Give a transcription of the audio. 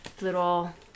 little